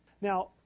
now